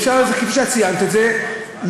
כפי שאת ציינת את זה,